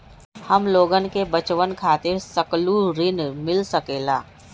हमलोगन के बचवन खातीर सकलू ऋण मिल सकेला?